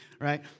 right